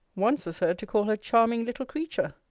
once was heard to call her charming little creature!